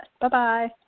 Bye-bye